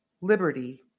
liberty